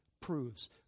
proves